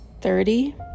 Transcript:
thirty